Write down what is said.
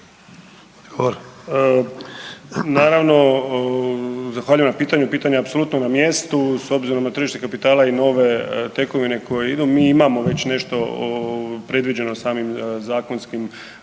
(HNS)** Zahvaljujem na pitanju. Pitanje je apsolutno na mjestu s obzirom na tržište kapitala i nove tekovine koje idu mi imamo već nešto predviđeno samim zakonskim